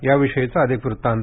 याविषयीचा अधिक वृत्तान्त